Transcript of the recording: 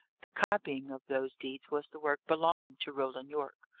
the copying of those deeds was the work belonging to roland yorke.